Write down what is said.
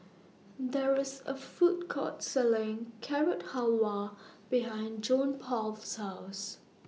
There IS A Food Court Selling Carrot Halwa behind Johnpaul's House